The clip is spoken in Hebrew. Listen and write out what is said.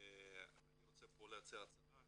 אני רוצה להציע הצעה